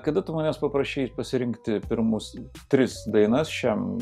kada tu manęs paprašiai pasirinkti pirmus tris dainas šiam